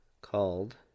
called